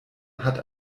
hat